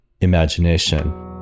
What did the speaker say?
imagination